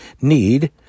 need